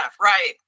right